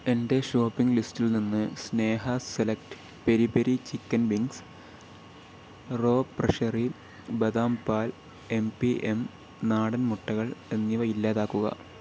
എന്റെ ഷോപ്പിംഗ് ലിസ്റ്റിൽ നിന്ന് Sneha select peri peri chicken wings raw pressery ബദാം പാൽ എം പി എം നാടൻ മുട്ടകൾ എന്നിവ ഇല്ലാതാക്കുക